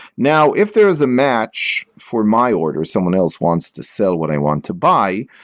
now, if there is a match for my order, someone else wants to sell what i want to buy,